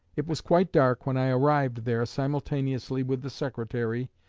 it was quite dark when i arrived there simultaneously with the secretary,